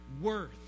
worth